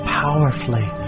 powerfully